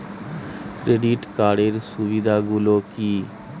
Credit কার্ডের সুবিধা গুলো কি?